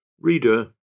Reader